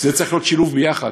שזה צריך להיות שילוב ביחד,